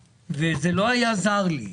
וזה לא היה זר לי.